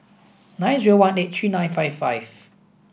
nine zero one eight three nine five five